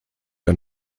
ein